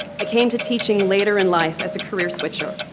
i came to teaching later in life, as a career switcher.